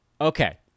Okay